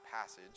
passage